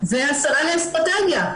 והשרה לאסטרטגיה,